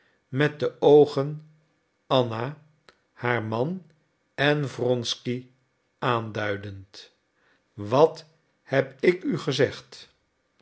met de oogen anna haar man en wronsky aanduidend wat heb ik u gezegd